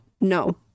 No